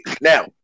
Now